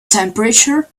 temperature